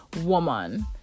woman